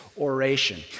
oration